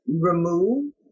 remove